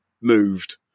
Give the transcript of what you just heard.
moved